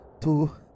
two